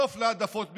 סוף להעדפות מגזריות.